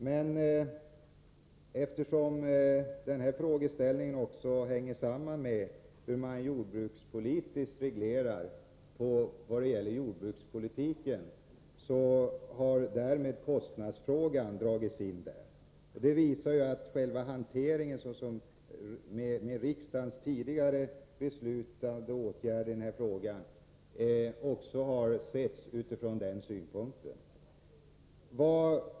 Men eftersom den här frågeställningen också sammanhänger med de jordbrukspolitiska regleringarna, har därmed kostnadsfrågan dragits in. Detta visas av att riksdagens tidigare beslut och frågans tidigare hantering även har setts utifrån den utgångspunkten.